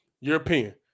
European